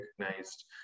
recognized